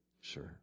Sure